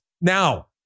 Now